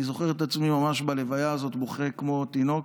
אני זוכר את עצמי ממש בלוויה הזאת בוכה כמו תינוק,